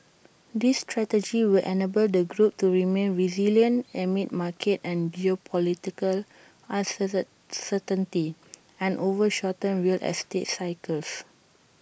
this strategy will enable the group to remain resilient amid market and geopolitical uncertain uncertainty and over shortened real estate cycles